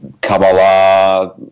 Kabbalah